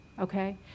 Okay